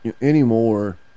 anymore